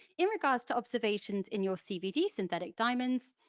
in regards to observations in your cvd synthetic diamonds,